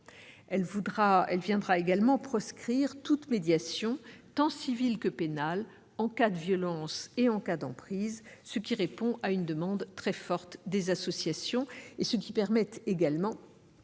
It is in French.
tué l'autre parent, à proscrire toute médiation, tant civile que pénale, en cas de violence et en cas d'emprise, ce qui répond à une demande très forte des associations, et à permettre